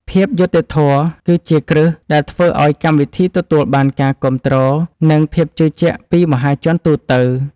ភាពយុត្តិធម៌គឺជាគ្រឹះដែលធ្វើឱ្យកម្មវិធីទទួលបានការគាំទ្រ និង ភាពជឿជាក់ពីមហាជនទូទៅ។